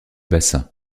bassin